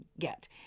get